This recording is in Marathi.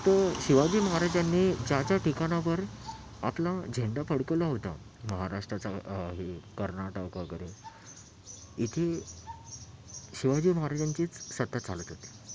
फक्त शिवाजी महाराजांनी ज्या ज्या ठिकाणावर आपला झेंडा फडकावला होता महाराष्ट्राचा हे कर्नाटक वगैरे इथे शिवाजी महाराजांचीच सत्ता चालत होती